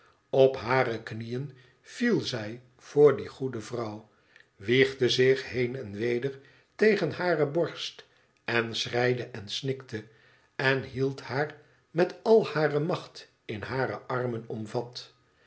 op hare knieën viel zij voor die goede vrouw wiegde zich heen en weder tegen hare borst en schreide en snikte eo hield haar met al hare macht in hare armen omvat